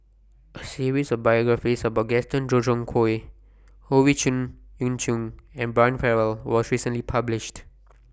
A series of biographies about Gaston Dutronquoy Howe Chong Yoon Chong and Brian Farrell was recently published